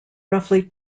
roughly